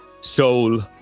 soul